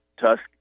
tusk